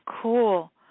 cool